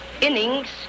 innings